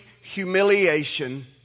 humiliation